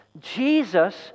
Jesus